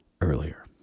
earlier